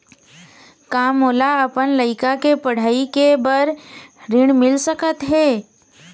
का मोला अपन लइका के पढ़ई के बर ऋण मिल सकत हे?